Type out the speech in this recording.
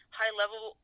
high-level